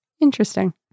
Interesting